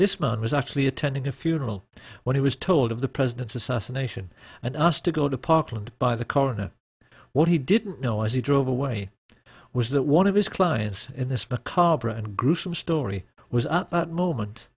this man was actually attending a funeral when he was told of the president's assassination and asked to go to parkland by the coroner what he didn't know as he drove away was that one of his clients in this car brand gruesome story was up moment